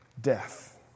death